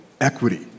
equity